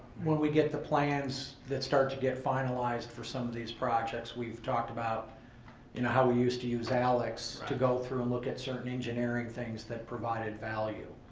when we get the plans that start to get finalized for some of these projects we've talked about and how we used to use alex to go through and look at certain engineering things that provided value.